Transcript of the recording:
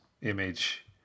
image